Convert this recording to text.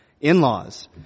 in-laws